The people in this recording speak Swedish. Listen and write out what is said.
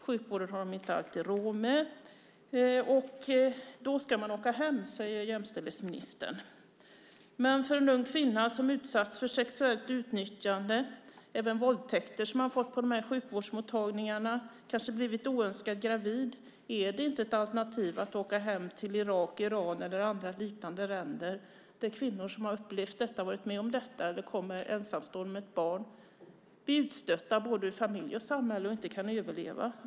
Sjukvården har de inte alltid råd med. Då ska man åka hem, säger jämställdhetsministern. Men för en ung kvinna som utsatts för sexuellt utnyttjande eller våldtäkt - vilket man kunnat konstatera på sjukvårdsmottagningarna - och kanske blivit oönskat gravid är det inte ett alternativ att åka hem till Irak, Iran eller andra liknande länder. Där blir kvinnor som har varit med om detta eller kommer ensamstående med ett barn utstötta ur både familj och samhälle och kan inte överleva.